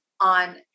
on